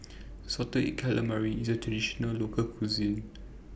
Salted Egg Calamari IS A Traditional Local Cuisine